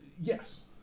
Yes